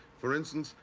for instance,